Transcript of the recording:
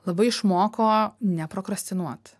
labai išmoko neprokrastinuot